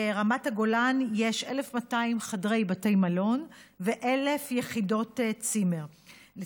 ברמת הגולן יש 1,200 חדרי בתי מלון ו-1,000 יחידות צימרים.